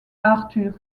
arthur